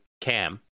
Cam